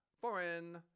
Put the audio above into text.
foreign